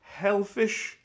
Hellfish